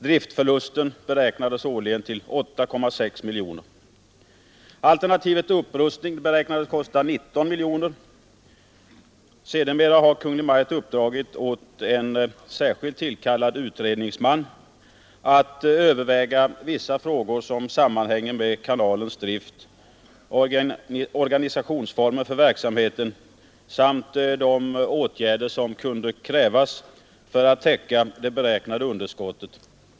Driftförlusten beräknades årligen uppgå till 8,6 miljoner kronor. Alternativet upprustning beräknades kosta 19 miljoner kronor. Sedermera har Kungl. Maj:t uppdragit åt en särskilt tillkallad utredningsman att pröva vissa frågor som sammanhänger med kanalens drift och organisationsformer för verksamheten samt de åtgärder som behöver vidtas för att täcka det beräknade underskottet.